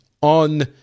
on